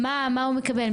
מה הוא מקבל?